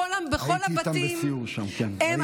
הייתי איתם בסיור שם, כן, ראיתי.